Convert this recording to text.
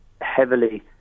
heavily